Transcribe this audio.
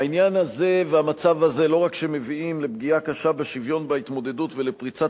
העניין הזה והמצב הזה לא רק מביאים לפגיעה קשה בשוויון בהתמודדות ולפריצת